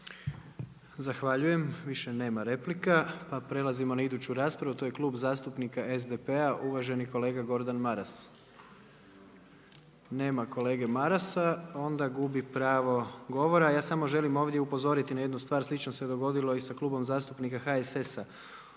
Zahvaljujem. Više nema replika, pa prelazimo na iduću raspravu. To je Klub zastupnika SDP-a uvaženi kolega Gordan Maras. Nema kolege Marasa, onda gubi pravo govora. Ja samo želim ovdje upozoriti na jednu stvar, slično se dogodilo i sa Klubom zastupnika HSS-a.